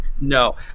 No